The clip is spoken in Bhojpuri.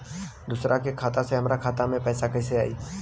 दूसरा के खाता से हमरा खाता में पैसा कैसे आई?